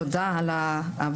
תודה על הישיבה,